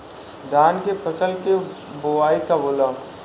धान के फ़सल के बोआई कब होला?